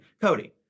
Cody